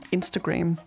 Instagram